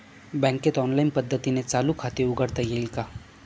बँकेत ऑनलाईन पद्धतीने चालू खाते उघडता येईल का?